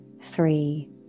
three